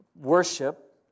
worship